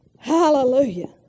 Hallelujah